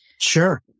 Sure